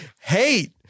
hate